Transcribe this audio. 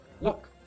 look